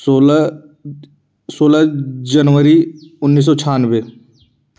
सोलह सोलह जनवरी उन्नीस सौ छियानवे